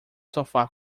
sofá